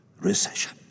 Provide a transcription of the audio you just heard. recession